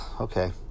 okay